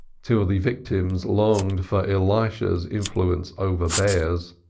till the victims longed for elisha's influence over bears.